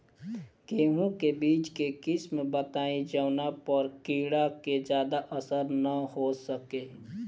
गेहूं के बीज के किस्म बताई जवना पर कीड़ा के ज्यादा असर न हो सके?